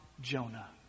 Jonah